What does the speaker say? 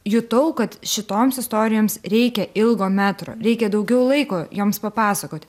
jutau kad šitoms istorijoms reikia ilgo metro reikia daugiau laiko joms papasakot